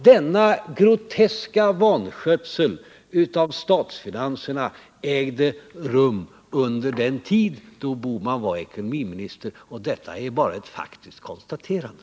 Denna groteska vanskötsel av statsfinanserna ägde rum under den tid då herr Bohman var ekonomiminister. Det är bara ett faktiskt konstaterande.